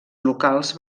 locals